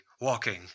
walking